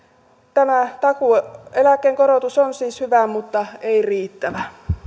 tämä takuueläkkeen korotus on siis hyvä mutta ei riittävä